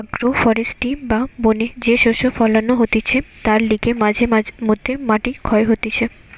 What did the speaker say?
agro forestry বা বনে যে শস্য ফোলানো হতিছে তার লিগে মাঝে মধ্যে মাটি ক্ষয় হতিছে